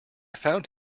found